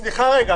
סליחה רגע.